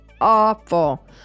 awful